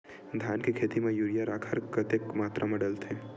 धान के खेती म यूरिया राखर कतेक मात्रा म डलथे?